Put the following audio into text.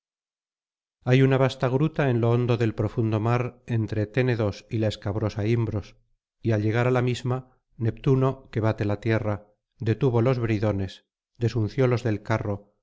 hay una vasta gruta en lo hondo del profundo mar entre ténedos y la escabrosa imbros y al llegar á la misma neptuno que bate la tierra detuvo los bridones desunciólos del carro